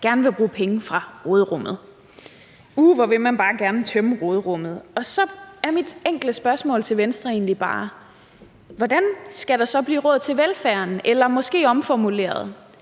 gerne vil bruge penge fra råderummet. Uh, hvor vil man bare gerne tømme råderummet. Og så er mit enkle spørgsmål til Venstre egentlig bare: Hvordan skal der så blive råd til velfærden? Jeg kunne også omformulere